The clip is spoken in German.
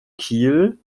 kiel